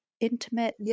intimate